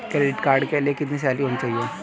Credit card के लिए कितनी सैलरी होनी चाहिए?